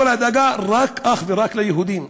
כל הדאגה, אך ורק ליהודים.